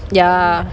ya